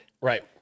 Right